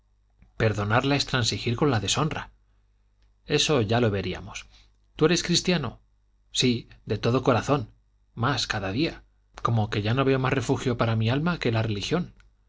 perdonarla es transigir con la deshonra eso ya lo veríamos tú eres cristiano sí de todo corazón más cada día como que ya no veo más refugio para mi alma que la religión